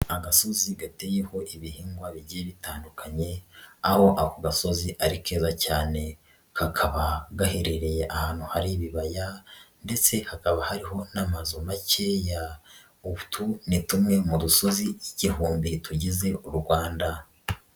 Agasozi gateyeho ibihingwa bigiye bitandukanye, aho ako gasozi ari keza cyane. Kakaba gaherereye ahantu hari ibibaya, ndetse hakaba hari n'amazu makeya. Utu ni tumwe mu dusozi igihumbi tugize u Rwanda.